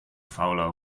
fauler